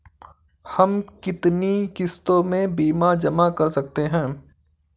हम कितनी किश्तों में बीमा जमा कर सकते हैं?